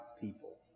people